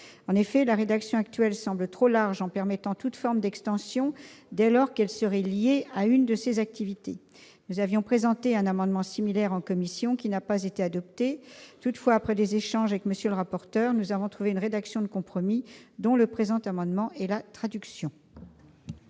En effet, la rédaction actuelle semble trop large en permettant toute forme d'extension dès lors qu'elle serait liée à une activité agricole, forestière ou marine. Nous avions présenté un amendement similaire en commission, mais il n'a pas été adopté. Toutefois, après des échanges avec M. le rapporteur, nous avons trouvé une rédaction de compromis ; le présent amendement en est la traduction.